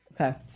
Okay